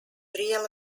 real